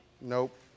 nope